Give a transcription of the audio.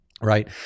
right